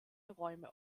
räume